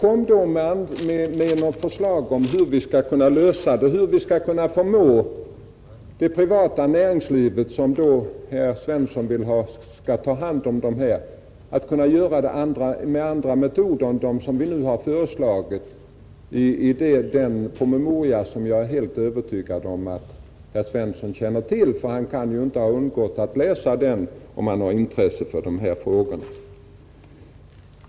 Kom då herr Svensson med något förslag om hur vi skall kunna lösa problemet, hur vi skall kunna förmå det privata näringslivet, som enligt herr Svensson borde ta hand om de här människorna, att göra det. Finns det andra metoder än de som vi nu har föreslagit i den promemoria, som jag är helt övertygad om att herr Svensson känner till.